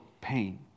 pain